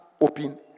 open